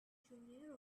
junior